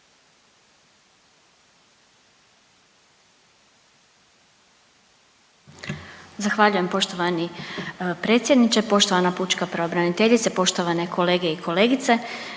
Zahvaljujem poštovani predsjedniče. Poštovana pučka pravobraniteljice, poštovane kolege i kolegice.